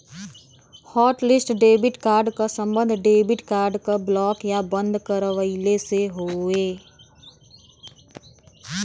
hotlist debit card क सम्बन्ध debit card क ब्लॉक या बंद करवइले से हउवे